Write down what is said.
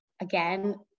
again